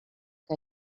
que